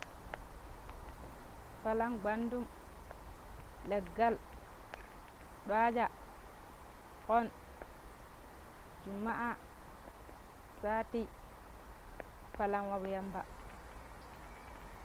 palan gwandum, legal, dwaja, kon, jumma'a, sati palan wapu yamba.